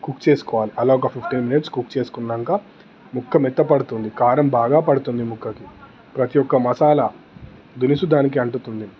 cook చేసుకోవాలి అలా ఒక ఫిఫ్టీన్ మినిట్స్ కుక్ చేసుకున్నాక ముక్క మెత్తబడుతుంది కారం బాగా పడుతుంది ముక్కకి ప్రతీ ఒక్క మసాలా దినుసు దానికి అంటుతుంది